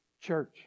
church